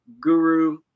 Guru